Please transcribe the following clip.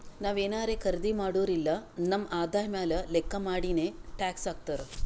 ನಾವ್ ಏನಾರೇ ಖರ್ದಿ ಮಾಡುರ್ ಇಲ್ಲ ನಮ್ ಆದಾಯ ಮ್ಯಾಲ ಲೆಕ್ಕಾ ಮಾಡಿನೆ ಟ್ಯಾಕ್ಸ್ ಹಾಕ್ತಾರ್